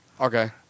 Okay